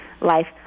life